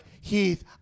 Heath